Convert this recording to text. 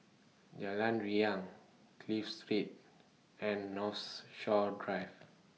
Jalan Riang Clive Street and Northshore Drive